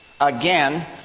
Again